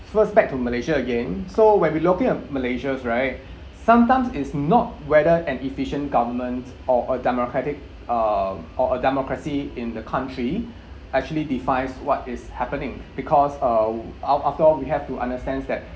first back to malaysia again so when we looking at malaysia right sometimes is not whether an efficient government or a democratic uh or a democracy in the country actually defines what is happening because uh af~ after all we have to understand that